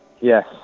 Yes